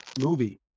movie